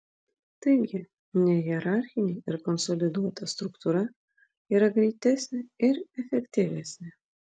taigi nehierarchinė ir konsoliduota struktūra yra greitesnė ir efektyvesnė